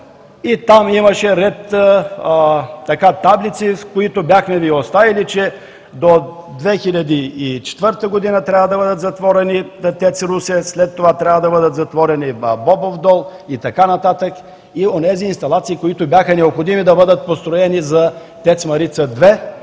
и там имаше таблици, в които Ви бяхме оставили, че до 2004 г. трябва да бъде затворен ТЕЦ „Русе“, след това трябва да бъде затворен „Бобов дол“ и така нататък, и онези инсталации, които бяха необходими да бъдат построени за ТЕЦ „Марица 2“.